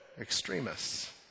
extremists